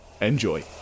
Enjoy